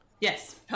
Yes